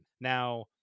Now